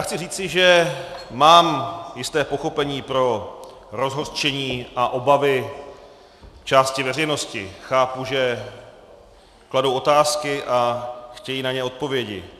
Chci říci, že mám jisté pochopení pro rozhořčení a obavy části veřejnosti, chápu, že kladou otázky a chtějí na ně odpovědi.